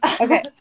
Okay